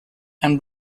and